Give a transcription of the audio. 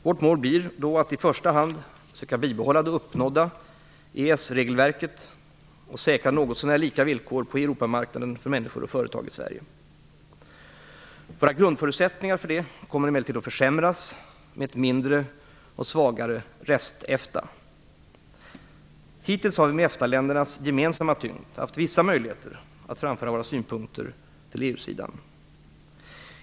Vårt mål blir då att i första hand söka bibehålla det uppnådda EES-regelverket och säkra något sånär lika villkor på Europamarknaden för människor och företag i Sverige. Våra grundförutsättningar för det kommer emellertid att försämras med ett mindre och svagare rest-EFTA. Hittills har vi med EFTA ländernas gemensamma tyngd haft vissa möjligheter att framföra våra synpunkter till EU-sidan.